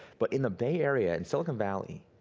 but in the bay area, in silicon valley,